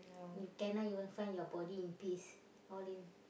you cannot even find your body in peace all in